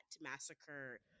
massacre